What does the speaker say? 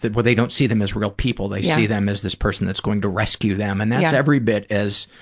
they but they don't see them as real people. they see them as this person that's going to rescue them, and that's every bit as,